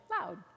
loud